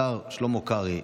השר שלמה קרעי,